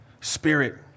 Spirit